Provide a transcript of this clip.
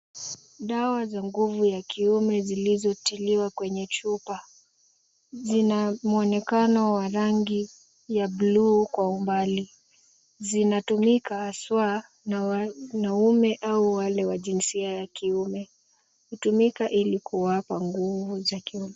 Dawa za nguvu ya kiume zilizotiliwa kwenye chupa. Zina mwonekano wa rangi ya buluu kwa umbali. Zinatumika haswa na wanaume au wale wa jinsia ya kiume. Hutumika ili kuwapa nguvu za kiume.